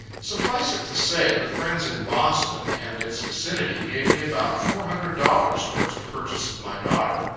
suffice it to say, the friends in boston and its vicinity gave me about four hundred dollars towards the purchase of my daughter.